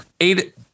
eight